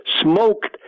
smoked